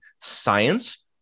science